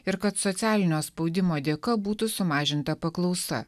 ir kad socialinio spaudimo dėka būtų sumažinta paklausa